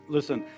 Listen